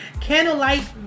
candlelight